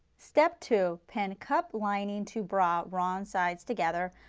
step two, pin cup lining to bra, wrong sides together,